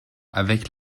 avec